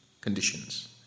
conditions